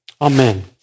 Amen